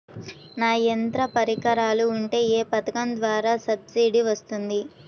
నాకు యంత్ర పరికరాలు ఉంటే ఏ పథకం ద్వారా సబ్సిడీ వస్తుంది?